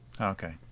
Okay